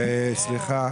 --- סליחה.